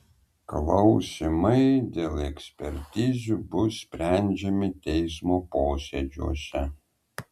klausimai dėl ekspertizių bus sprendžiami teismo posėdžiuose